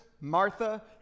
Martha